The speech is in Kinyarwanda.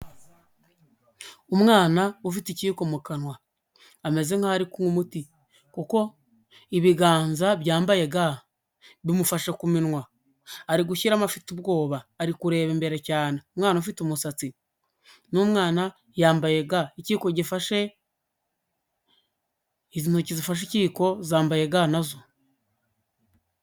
Umwana ufite ikiyiko mu kanwa, ameze nkaho arikunywa umuti kuko ibiganza byambaye ga bimufashe ku minwa. Arigushyiramo afite ubwoba, arikureba imbere cyane. Umwana ufite umusatsi, n'umwana yambaye ga. Ikiyiko gifashe, izi ntoki zifashe ikiyiko zambaye ga na zo.